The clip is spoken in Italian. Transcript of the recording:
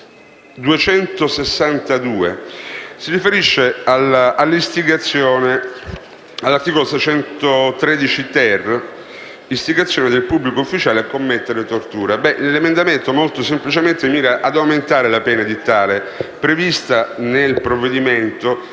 1.262 si riferisce all'articolo 613-*ter*: «Istigazione del pubblico ufficiale a commettere tortura». L'emendamento, molto semplicemente, mira ad aumentare la pena edittale, prevista nel provvedimento